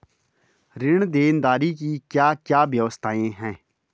ऋण देनदारी की क्या क्या व्यवस्थाएँ हैं?